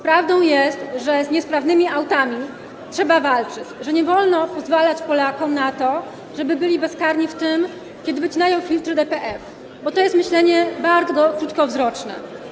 Prawdą jest, że z niesprawnymi autami trzeba walczyć, że nie wolno pozwalać Polakom na to, żeby byli bezkarni, kiedy wycinają filtry DPF, bo to jest myślenie bardzo krótkowzroczne.